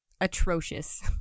atrocious